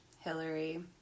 Hillary